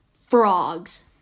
frogs